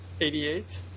88